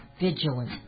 vigilant